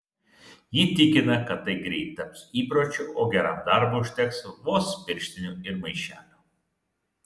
ji tikina kad tai greit taps įpročiu o geram darbui užteks vos pirštinių ir maišelio